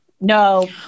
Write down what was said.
No